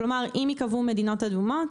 כלומר אם יקבעו מדינות אדומות,